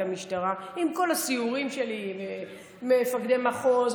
המשטרה עם כל הסיורים שלי עם מפקדי מחוז,